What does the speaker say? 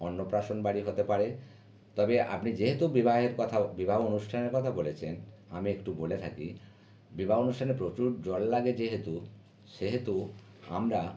অন্নপ্রাশন বাড়ি হতে পারে তবে আপনি যেহেতু বিবাহের কথা বিবাহ অনুষ্টানের কথা বলেছেন আমি একটু বলে থাকি বিবাহ অনুষ্ঠানে প্রচুর জল লাগে যেহেতু সেহেতু আমরা